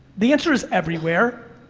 the answer is everywhere.